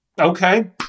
Okay